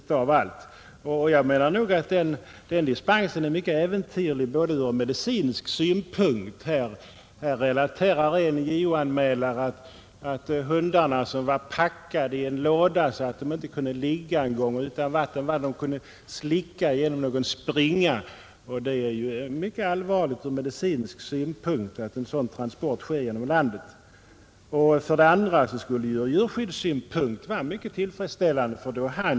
Jag anser för det första att den dispensen är mycket äventyrlig ur medicinsk synpunkt. En JO-anmälare relaterar att hundarna var packade i en låda, så att de inte ens kunde ligga. De var också utan vatten, men kunde slicka genom någon springa. Det är självfallet allvarligt ur medicinsk synpunkt att en sådan transport okontrollerad går genom landet. För det andra skulle det ur djurskyddsynpunkt vara mycket tillfredställande om dispensen slopades.